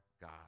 God